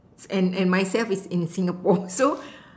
and and myself is in Singapore so